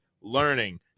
learning